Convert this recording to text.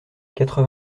quatre